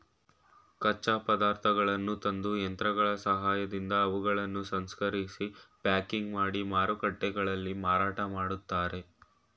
ಕಚ್ಚಾ ಪದಾರ್ಥಗಳನ್ನು ತಂದು, ಯಂತ್ರಗಳ ಸಹಾಯದಿಂದ ಅವುಗಳನ್ನು ಸಂಸ್ಕರಿಸಿ ಪ್ಯಾಕಿಂಗ್ ಮಾಡಿ ಮಾರುಕಟ್ಟೆಗಳಲ್ಲಿ ಮಾರಾಟ ಮಾಡ್ತರೆ